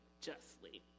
justly